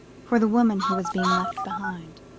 for the woman who was being left behind.